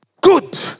good